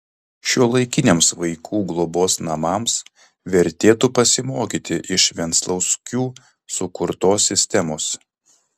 šiuolaikiniams vaikų globos namams vertėtų pasimokyti iš venclauskių sukurtos sistemos